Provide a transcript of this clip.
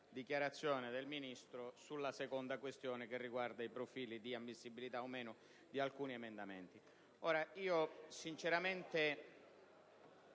dichiarazione del Ministro sulla seconda questione che riguarda i profili di ammissibilità di alcuni emendamenti.